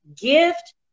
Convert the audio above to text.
gift